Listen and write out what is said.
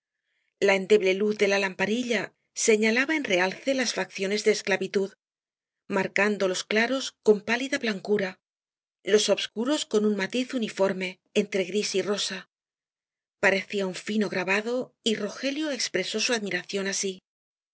la endeble luz de la lamparilla señalaba en realce las facciones de esclavitud marcando los claros con pálida blancura los obscuros con un matiz uniforme entre gris y rosa parecía un fino grabado y rogelio expresó su admiración así